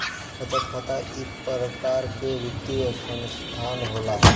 बचत खाता इक परकार के वित्तीय सनसथान होला